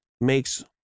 makes